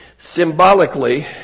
Symbolically